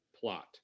plot